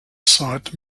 site